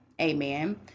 Amen